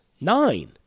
Nine